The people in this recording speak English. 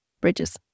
bridges